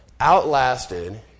outlasted